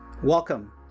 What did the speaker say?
Welcome